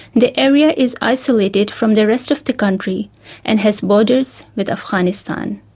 the area is isolated from the rest of the country and has borders with afghanistan.